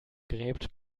gräbt